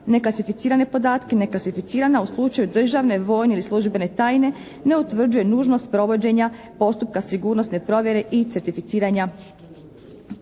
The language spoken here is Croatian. neklasificirane podatke, neklasificirana u slučaju državne, vojne ili službene tajne, ne utvrđuje nužnost provođenja postupka sigurnosne provjere i certificiranja